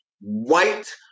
white